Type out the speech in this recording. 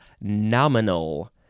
nominal